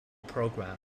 program